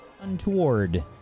untoward